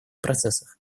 процессах